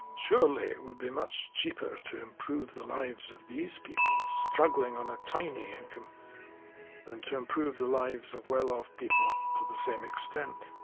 surely would be much cheaper to improve the lives of these people struggling on a tiny income than to improve the lives of well-off people to the same extent.